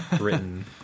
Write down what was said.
written